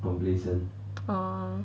orh